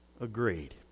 agreed